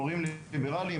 מורים ליברלים,